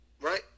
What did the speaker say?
Right